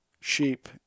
sheep